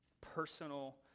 Personal